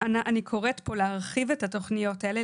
אני קוראת פה להרחיב את התוכניות האלה,